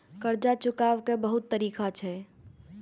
कर्जा चुकाव के बहुत तरीका छै?